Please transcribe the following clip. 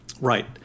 Right